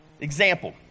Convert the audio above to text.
Example